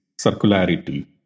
circularity